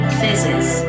fizzes